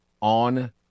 on